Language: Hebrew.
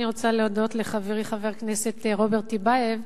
אני רוצה להודות לחברי חבר הכנסת רוברט טיבייב